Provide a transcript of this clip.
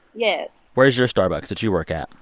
yes where is your starbucks that you work at?